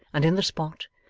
and in the spot,